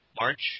March